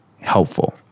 helpful